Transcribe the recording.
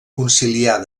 conciliar